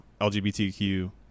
LGBTQ